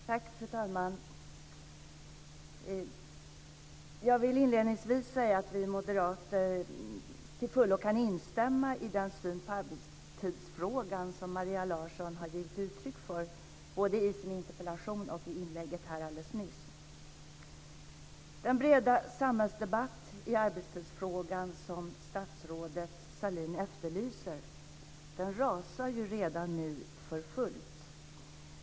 Fru talman! Jag vill inledningsvis säga att vi moderater till fullo kan instämma i den syn på arbetstidsfrågan som Maria Larsson har givit uttryck för, både i sin interpellation och i inlägget här alldeles nyss. Den breda samhällsdebatt i arbetstidsfrågan som statsrådet Sahlin efterlyser rasar ju redan nu för fullt.